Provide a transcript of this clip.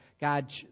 God